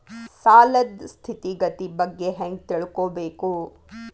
ಸಾಲದ್ ಸ್ಥಿತಿಗತಿ ಬಗ್ಗೆ ಹೆಂಗ್ ತಿಳ್ಕೊಬೇಕು?